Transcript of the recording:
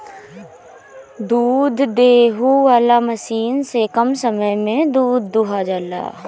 दूध दूहे वाला मशीन से कम समय में दूध दुहा जाला